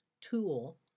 tool